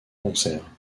concerts